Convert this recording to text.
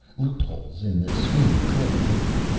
loopholes in the screen clicked open.